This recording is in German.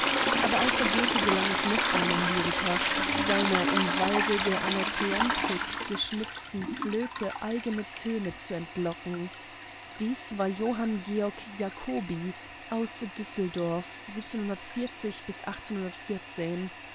aber außer goethe gelang es noch einem lyriker seiner im walde der anakreontik geschnitzten flöte eigene töne zu entlocken johann georg jacobi aus düsseldorf